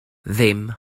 ddim